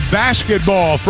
basketball